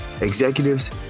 executives